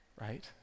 right